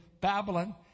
Babylon